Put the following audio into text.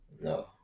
No